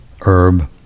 herb